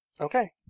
Okay